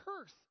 curse